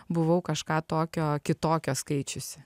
buvau kažką tokio kitokio skaičiusi